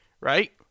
Right